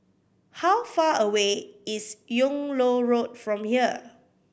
how far away is Yung Loh Road from here